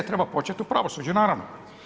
Treba početi u pravosuđu, naravno.